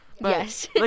Yes